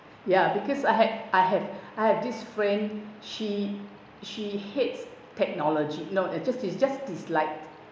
ya because I had I have I have this friend she she hates technology no it's just it's just dislike